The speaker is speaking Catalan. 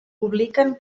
publiquen